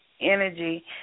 Energy